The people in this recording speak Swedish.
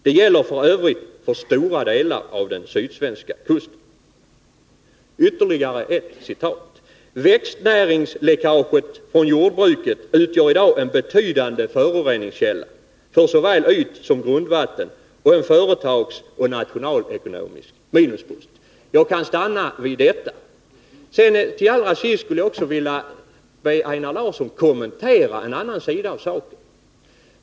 Detta gäller f. ö. för stora delar av den sydsvenska kusten.” Ytterligare ett citat: ”Växtnäringsläckaget från jordbruket utgör i dag en betydande förore ningskälla för såväl ytsom grundvatten och en företagsoch nationalekonomisk minuspost.” Jag kan stanna vid detta. Till sist skulle jag vilja be Einar Larsson att kommentera en annan sida av saken.